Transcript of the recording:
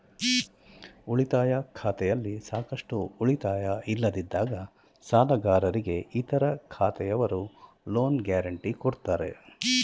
ಉಳಿತಾಯ ಖಾತೆಯಲ್ಲಿ ಸಾಕಷ್ಟು ಉಳಿತಾಯ ಇಲ್ಲದಿದ್ದಾಗ ಸಾಲಗಾರರಿಗೆ ಇತರ ಖಾತೆಯವರು ಲೋನ್ ಗ್ಯಾರೆಂಟಿ ಕೊಡ್ತಾರೆ